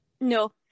No